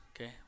okay